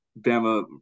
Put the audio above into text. Bama